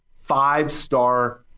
five-star